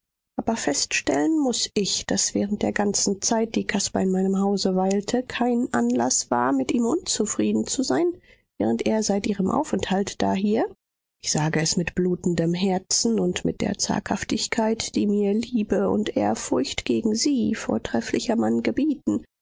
aber feststellen muß ich daß während der ganzen zeit die caspar in meinem hause weilte kein anlaß war mit ihm unzufrieden zu sein während er seit ihrem aufenthalt dahier ich sage es mit blutendem herzen und mit der zaghaftigkeit die mir liebe und ehrfurcht gegen sie vortrefflicher mann gebieten